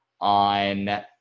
on